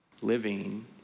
living